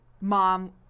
mom